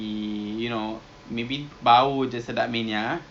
oh betul tu